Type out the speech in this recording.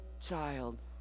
child